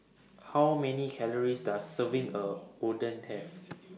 How Many Calories Does A Serving of Oden Have